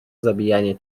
zabijanie